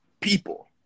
people